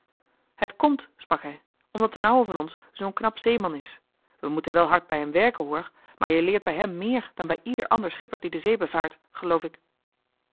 het komt sprak hij omdat d'n ouwe van ons zoo'n knap zeeman is we moeten wel hard bij hem werken hoor maar je leert bij hem meer dan bij ieder ander schipper die de zee bevaart geloof ik